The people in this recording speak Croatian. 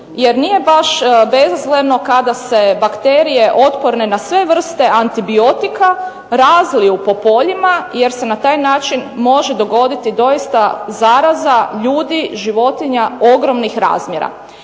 jer nije baš bezazleno kada se bakterije otporne na sve vrste antibiotika razliju po poljima jer se na taj način može dogoditi doista zaraza ljudi, životinja ogromnih razmjera.